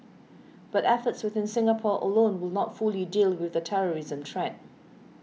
but efforts within Singapore alone will not fully deal with the terrorism threat